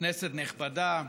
כנסת נכבדה,